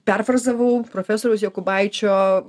perfrazavau profesoriaus jokubaičio